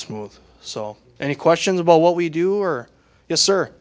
smooth so any questions about what we do or yes sir